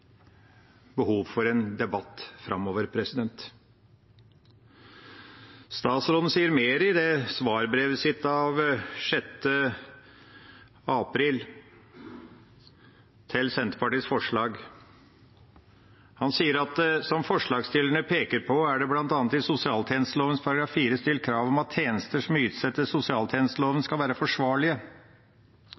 behov for en debatt framover. Statsråden sier mer i svarbrevet sitt av 6. april til Senterpartiets forslag. Han sier: «Som forslagstillerne peker på, er det bl.a. i sosialtjenesteloven § 4 stilt krav om at tjenester som ytes etter sosialtjenesteloven skal være forsvarlige.